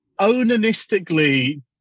onanistically